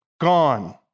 gone